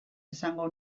esango